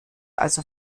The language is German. also